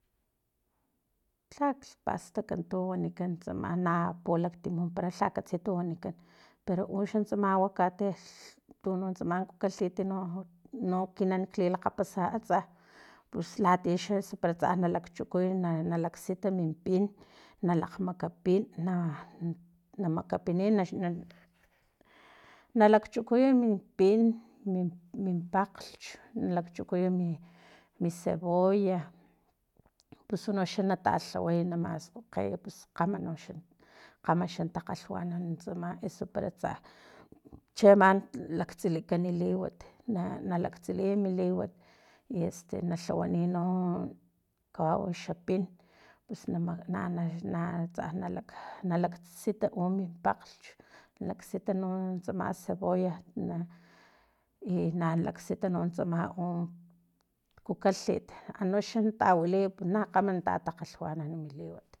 Lhalh pastak tu wanikan tsama na pulaktim wampara para lha katsi tu wanikan pero uxa tsama aguacate tuno tsama kikalhit no ekinan lilakgapasa tsa pus latiya xa paratsa chukut na laksit min pin nalakgmakapin na makapiniy nalakchukuy min pin min pakgch na lakchukuy mi cebolla pus uno xa natalhaway na maskgokey pus kgama noxa kgama xa takgalhwanan tsama eso para tsa cheama laktsilikan liwat na na laktsiliy mi liwat y este na lhawaniy no kawau xa xapin pus na na tsa nalak nalak nalaksita no min pakgch laksita no tsama cebolla i na laksita no tsama u kukalhit anoxa nata wiliy na kgama tatakgalhwanan mi liwat